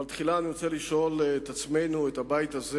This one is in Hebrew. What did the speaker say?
אבל תחילה, אני רוצה לשאול את הבית הזה: